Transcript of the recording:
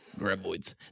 Graboids